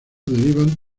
derivan